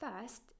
First